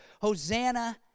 Hosanna